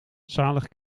zalig